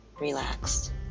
relaxed